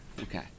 Okay